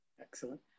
Excellent